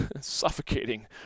suffocating